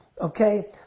Okay